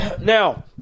Now